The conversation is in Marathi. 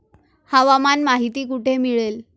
हवामान माहिती कुठे मिळते?